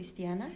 cristiana